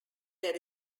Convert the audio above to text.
there